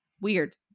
weird